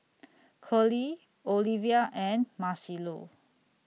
Curley Olevia and Marcelo